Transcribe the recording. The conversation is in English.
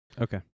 Okay